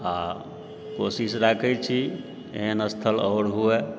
आओर कोशिश राखैत छी एहन स्थल आओर हुवै